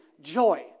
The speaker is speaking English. joy